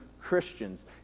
Christians